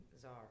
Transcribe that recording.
Zara